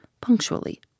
punctually